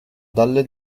dalle